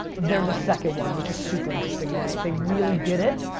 they're the second one, which is super interesting, man. they really did it,